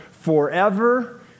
forever